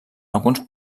alguns